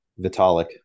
Vitalik